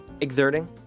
exerting